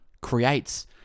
Creates